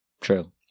true